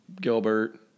Gilbert